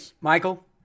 Michael